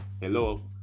Hello